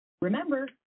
remember